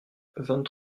vingt